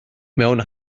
mewn